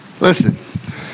listen